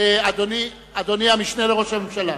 אדוני המשנה לראש הממשלה,